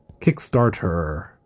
Kickstarter